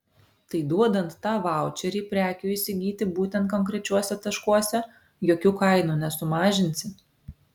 tai duodant tą vaučerį prekių įsigyti būtent konkrečiuose taškuose jokių kainų nesumažinsi